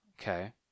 Okay